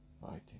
fighting